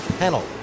panel